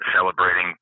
celebrating